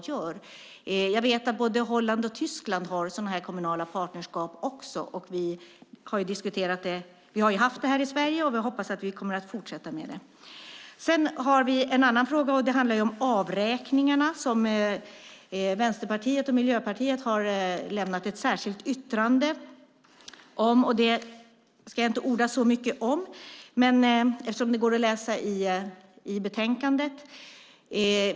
Jag vet att också Holland och Tyskland har kommunala partnerskap. Vi har haft det här i Sverige och hoppas att vi kommer att fortsätta med det. Sedan har vi en annan fråga. Det handlar om avräkningarna, som Vänsterpartiet och Miljöpartiet har lämnat ett särskilt yttrande om. Jag ska inte orda så mycket om det, eftersom det går att läsa i betänkandet.